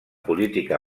política